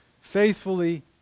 faithfully